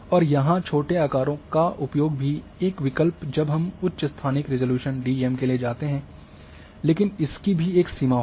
और यहाँ छोटे आकारों का उपयोग भी एक विकल्प जब हम उच्च स्थानिक रिज़ॉल्यूशन डीईएम के लिए जाते हैं लेकिन इसकी भी एक सीमा होगी